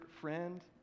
friend